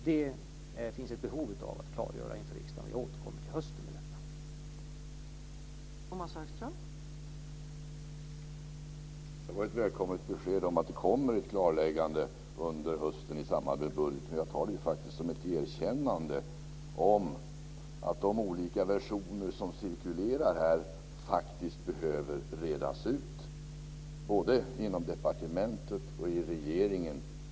Det finns ett behov av att klargöra det inför riksdagen, så jag återkommer till hösten om detta.